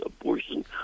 abortion